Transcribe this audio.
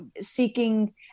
seeking